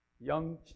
Young